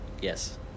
Yes